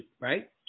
right